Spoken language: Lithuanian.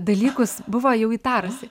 dalykus buvo jau įtarusi